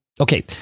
Okay